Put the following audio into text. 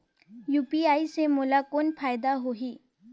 UPI से मोला कौन फायदा होही?